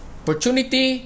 opportunity